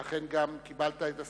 ואכן גם קיבלת את הסיוע,